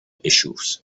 issues